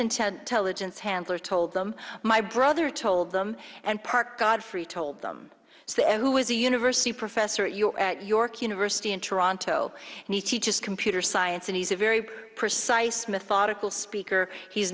intent teligent handler told them my brother told them and park godfrey told them so and who is a university professor at your at york university in toronto and he teaches computer science and he's a very precise methodical speaker he's